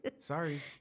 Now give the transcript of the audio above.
sorry